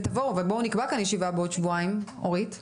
ובואו נקבע כאן ישיבה בעוד שבועיים, אורית בסדר?